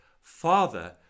Father